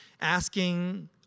asking